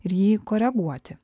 ir jį koreguoti